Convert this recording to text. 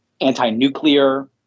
anti-nuclear